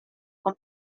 con